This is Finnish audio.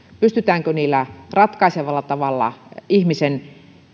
pystytäänkö niillä ratkaisevalla tavalla ihmisen